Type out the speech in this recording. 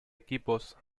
equipos